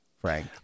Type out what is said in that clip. Frank